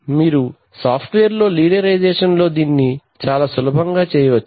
మీరు సాఫ్ట్వేర్లో లీనియరైజేషన్ లో దీన్ని చాలా సులభంగా చేయవచ్చు